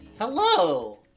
Hello